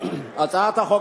תודה רבה, הצעת החוק